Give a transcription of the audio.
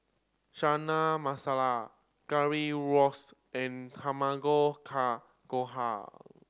Chana Masala Currywurst and Tamago Kake Gohan